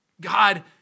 God